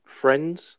friends